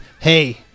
hey